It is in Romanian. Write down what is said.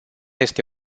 este